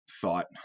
thought